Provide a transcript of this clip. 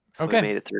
Okay